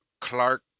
Clark